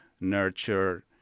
nurture